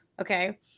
Okay